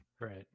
Right